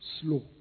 slow